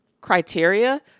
criteria